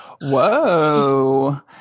Whoa